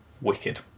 wicked